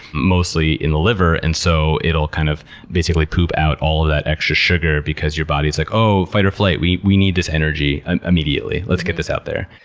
mostly in the liver. and so it'll kind of basically poop out all of that extra sugar because your body is like, oh, fight or flight. we we need this energy immediately. let's get this out there.